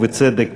ובצדק,